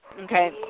Okay